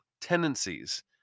tendencies